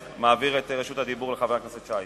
אני מעביר את רשות הדיבור לחבר הכנסת שי.